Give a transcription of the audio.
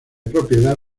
propiedad